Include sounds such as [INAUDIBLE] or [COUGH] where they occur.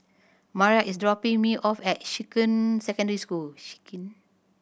Mariah is dropping me off at Shuqun Secondary School [UNINTELLIGIBLE]